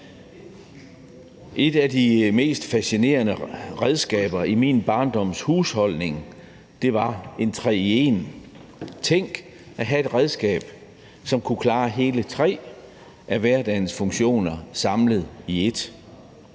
Et af de mest fascinerende redskaber i min barndoms husholdning var en tre i en'er. Tænk, at have et redskab, som kunne klare hele tre af hverdagens funktioner samlet i ét.